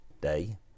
day